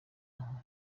aha